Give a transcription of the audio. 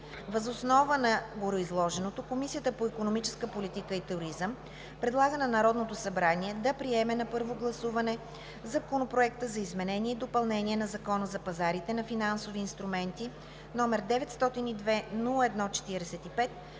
Въз основа на гореизложеното Комисията по икономическа политика и туризъм предлага на Народното събрание да приеме на първо гласуване Законопроект за изменение и допълнение на Закона за пазарите на финансови инструменти, № 902-01-45,